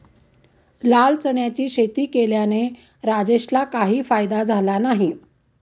लाल चण्याची शेती केल्याने राजेशला काही फायदा झाला नाही